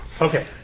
Okay